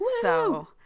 so-